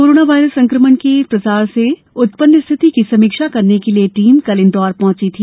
coronavirus संक्रमण के प्रसार से उत्पन्न स्थिति की समीक्षा करने के लिए यह टीम कल इंदौर पहुंची थी